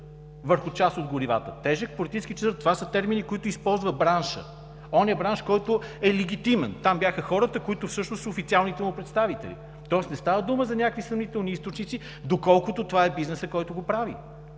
върху част от горивата. Тежък политически чадър! Това са термини, които използва браншът. Онзи бранш, който е легитимен. Там бяха хората, които всъщност са официалните му представители. Тоест, не става дума за някакви съмнителни източници, доколкото това е бизнесът, който го прави.